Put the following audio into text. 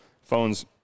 Phones